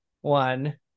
one